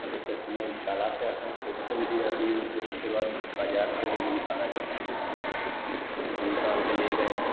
और जब कस्टमर तालाब पर आता है तो उसको भी दी जाती है वह फ़िर उसके बाद बाज़ार के लिए भी निकाला जाता है मा जैसे निकालकर ले गए हम